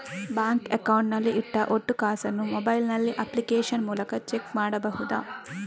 Bank account ನಲ್ಲಿ ಇಟ್ಟ ಒಟ್ಟು ಕಾಸನ್ನು ಮೊಬೈಲ್ ನಲ್ಲಿ ಅಪ್ಲಿಕೇಶನ್ ಮೂಲಕ ಚೆಕ್ ಮಾಡಬಹುದಾ?